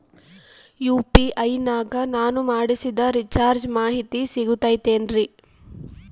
UPI ನಾಗ ನಾನು ಮಾಡಿಸಿದ ರಿಚಾರ್ಜ್ ಮಾಹಿತಿ ಸಿಗುತೈತೇನ್ರಿ?